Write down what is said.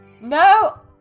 No